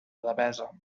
devesa